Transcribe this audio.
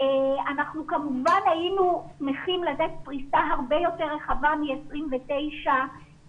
אנחנו כמובן היינו שמחים לתת פריסה הרבה יותר רחבה מ-29 רשויות,